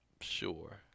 sure